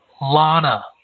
Lana